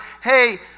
hey